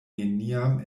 neniam